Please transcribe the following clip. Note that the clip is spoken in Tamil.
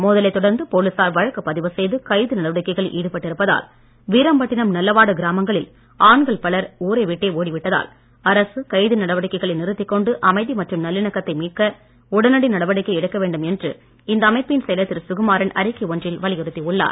மோதலை தொடர்ந்து போலீசார் வழக்கு பதிவு செய்து கைது நடவடிக்கையில் ஈடுபட்டிருப்பதால் வீராம்பட்டிணம் நல்லவாடு கிராமங்களில் ஆண்கள் பலர் ஊரைவிட்டே ஓடிவிட்டதால் அரசு கைது நடவடிக்கைகளை நிறுத்திக் கொண்டு அமைதி மற்றும் நல்லிணக்கத்தை மீட்க உடனடி நடவடிக்கை எடுக்க வேண்டும் என்று இந்த அமைப்பின் செயலர் திரு சுகுமாறன் அறிக்கை ஒன்றில் வலியுத்தி உள்ளார்